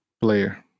player